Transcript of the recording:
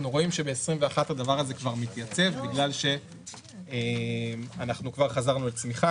אנחנו רואים שב-2021 הדבר הזה כבר מתייצב בגלל שאנחנו כבר חזרנו לצמיחה,